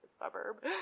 suburb